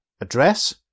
Address